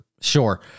Sure